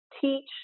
teach